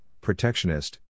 protectionist